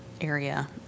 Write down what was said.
area